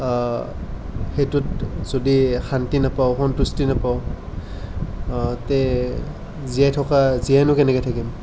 সেইটোত যদি শান্তি নেপাওঁ সন্তুষ্টি নাপাওঁ তে জীয়াই থকা জীয়াইনো কেনেকৈ থাকিম